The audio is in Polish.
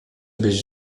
byś